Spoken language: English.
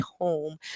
home